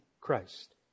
Christ